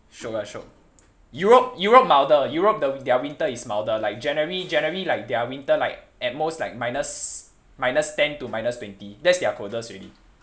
shiok ah shiok europe europe milder europe the their winter is milder like january january like their winter like at most like minus minus ten to minus twenty that's their coldest already